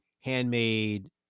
handmade